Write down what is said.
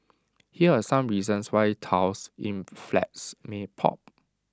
here are some reasons why tiles in flats may pop